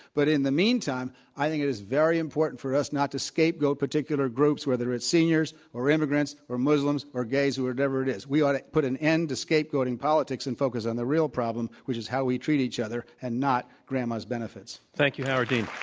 but in the meantime, i think it is very important for us not to scapegoat particular groups, whether its seniors or immigrants or muslims or gays, whoever it is. we ought to put an end to scapegoating politics and focus on the real problem, which is how we treat each other and not grandma's benefits. thank you, howard dean.